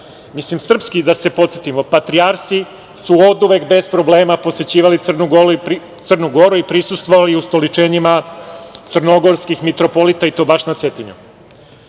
Mislim sprski, da se podsetimo, patrijarsi su oduvek bez problema posećivali Crnu Goru i prisustvovali ustoličenjima crnogorskih mitropolita i to baš na Cetinju.